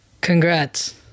Congrats